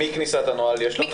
ומכניסת הנוהל יש לך נתונים?